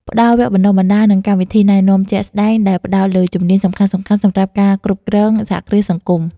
ផ្តល់វគ្គបណ្តុះបណ្តាល និងកម្មវិធីណែនាំជាក់ស្តែង ដែលផ្តោតលើជំនាញសំខាន់ៗសម្រាប់ការគ្រប់គ្រងសហគ្រាសសង្គម ។